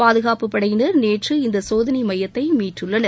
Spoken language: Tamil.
பாதுகாப்பு படையினர் நேற்று இந்த சோதனை மையத்தை மீட்டுள்ளனர்